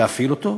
להפעיל אותו,